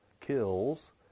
kills